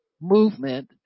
movement